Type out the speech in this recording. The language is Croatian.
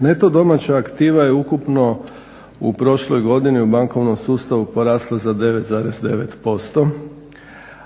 Neto domaća aktiva je ukupno u prošloj godini u bankovnom sustavu porasla za 9,9%,